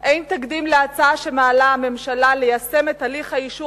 אין תקדים להצעה שמעלה הממשלה: ליישם את הליך האישור